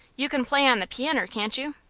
you can play on the pianner, can't you?